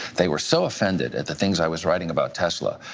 they were so offended at the things i was writing about tesla.